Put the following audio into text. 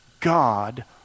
God